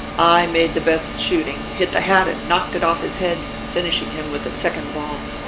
i made the best shooting, hit the hat and knocked it off his head, finishing him with a second ball.